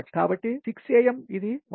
కాబట్టి 6 am కు ఇది 1